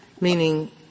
meaning